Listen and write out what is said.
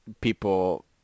people